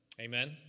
Amen